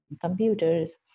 computers